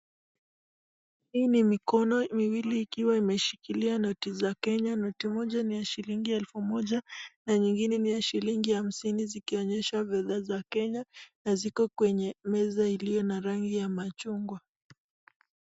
Hii ni mikono miwili ikiwa imeshikilia noti za Kenya noti moja ni ya shilingi elfu moja na nyingine ni ya shilingi hamsini zikionyesha fedha za Kenya na ziko kwenye meza iliyo na rangi ya machungwa.